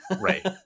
Right